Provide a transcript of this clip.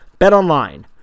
BetOnline